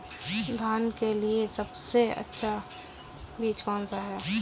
धान के लिए सबसे अच्छा बीज कौन सा है?